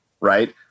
right